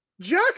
Jack